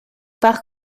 par